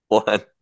one